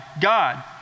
God